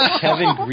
Kevin